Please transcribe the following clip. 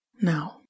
Now